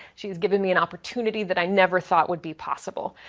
she has given me an opportunity that i never thought would be possible.